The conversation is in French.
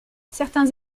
certains